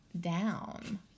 down